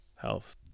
health